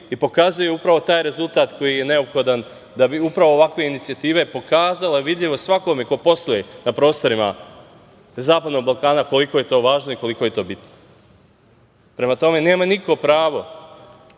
i pokazuje upravo taj rezultat koji je neophodan da bi upravo ovakve inicijative pokazala vidljivost svakome ko posluje na prostorima zapadnog Balkana, koliko je to važno i koliko je to bitno. Prema tome, nema niko pravo